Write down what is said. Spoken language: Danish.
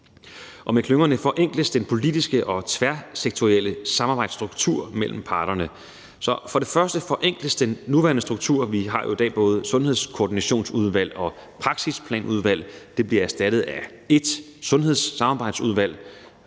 Og med klyngerne forenkles den politiske og tværsektorielle samarbejdsstruktur mellem parterne. Så for det første forenkles den nuværende struktur. Vi har jo i dag både sundhedskoordinationsudvalg og praksisplanudvalg – de bliver erstattet af ét sundhedssamarbejdsudvalg,